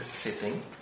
sitting